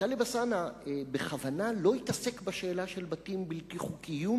חבר הכנסת טלב אלסאנע בכוונה לא התעסק בשאלה של בתים בלתי חוקיים,